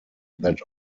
that